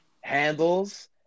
handles